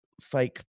fake